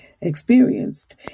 experienced